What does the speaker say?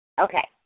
Okay